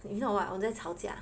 if not what 我们吵架 ah